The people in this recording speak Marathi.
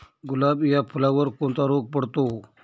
गुलाब या फुलावर कोणता रोग पडतो?